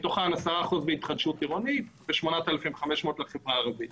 מתוכן 10% בהתחדשות עירונית ו-8,500 בחברה הערבית.